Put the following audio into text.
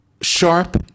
Sharp